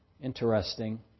interesting